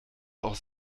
auch